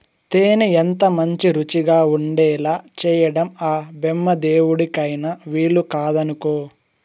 తేనె ఎంతమంచి రుచిగా ఉండేలా చేయడం ఆ బెమ్మదేవుడికైన వీలుకాదనుకో